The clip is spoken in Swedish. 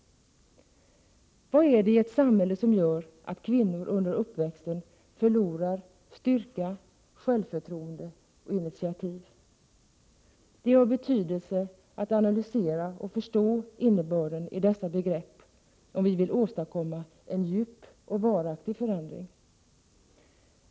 Vad är det i ett samhälle som gör att kvinnor under uppväxten förlorar styrka, självförtroende och initiativ? Det är av betydelse att analysera och förstå innebörden i dessa begrepp, om vi vill åstadkomma en djup och varaktig förändring.